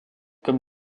comme